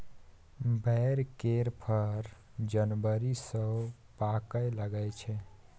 बैर केर फर जनबरी सँ पाकय लगै छै